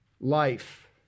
Life